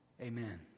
Amen